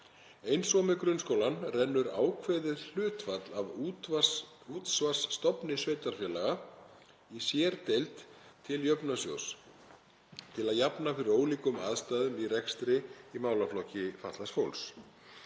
Eins og með grunnskólann rennur ákveðið hlutfall af útsvarstofni sveitarfélaga í sérdeild til jöfnunarsjóðs til að jafna fyrir ólíkum aðstæðum í rekstri í málaflokki fatlaðs fólks.